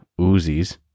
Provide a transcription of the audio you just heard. Uzis